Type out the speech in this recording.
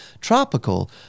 Tropical